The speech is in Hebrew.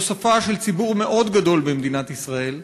זו שפה של ציבור מאוד גדול במדינת ישראל,